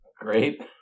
great